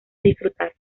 disfrutar